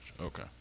Okay